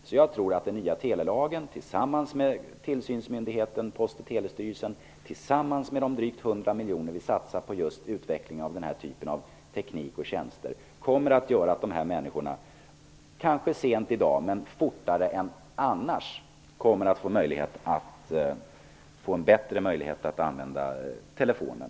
Så jag tror att den nya telelagen tillsammans med tillsynsmyndigheten Post och telestyrelsen och tillsammans med de drygt 100 miljoner vi satsar på utveckling av teknik och tjänster kommer att göra att de människor vi nu talar om fortare än annars kommer att få bättre möjligheter att använda telefonen.